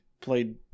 played